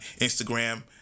Instagram